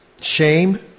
Shame